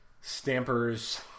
Stamper's